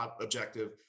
objective